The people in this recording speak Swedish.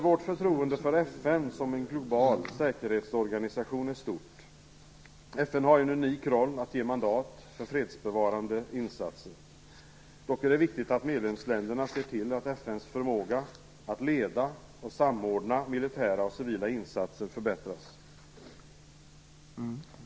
Vårt förtroende för FN som en global säkerhetsorganisation är stort. FN har en unik roll att ge mandat för fredsbevarande insatser. Dock är det viktigt att medlemsländerna ser till att FN:s förmåga att leda och samordna militära och civila insatser förbättras.